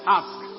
ask